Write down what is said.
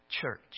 church